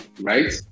right